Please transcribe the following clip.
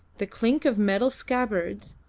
the clink of metal scabbards,